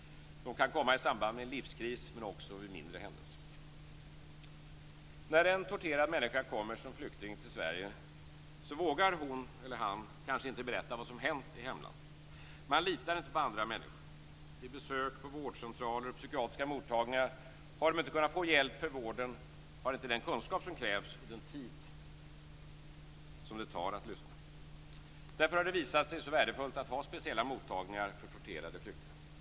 De kan komma i samband med en livskris men också vid mindre händelser. När en torterad människa kommer som flykting till Sverige vågar hon eller han kanske inte berätta vad som hänt i hemlandet. Man litar inte på andra människor. Vid besök på vårdcentraler och psykiatriska mottagningar har de inte kunnat få hjälp därför att vården inte har den kunskap som krävs och den tid som det tar att lyssna. Därför har det visat sig så värdefullt att ha speciella mottagningar för torterade flyktingar.